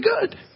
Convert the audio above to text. good